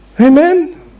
Amen